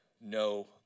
no